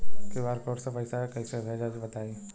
QR code से पईसा कईसे भेजब बताई?